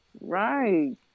Right